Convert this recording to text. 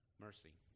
mercy